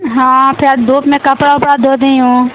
हाँ शायद धूप में कपड़ा वपड़ा धो दी हूँ